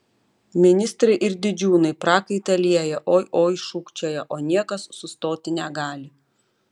ministrai ir didžiūnai prakaitą lieja oi oi šūkčioja o niekas sustoti negali